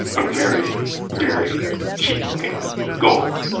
a very very cheap looking gold.